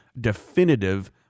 definitive